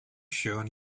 sure